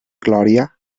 glòria